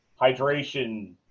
hydration